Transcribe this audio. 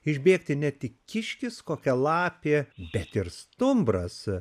išbėgti ne tik kiškis kokia lapė bet ir stumbras